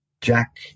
Jack